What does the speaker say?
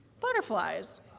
Butterflies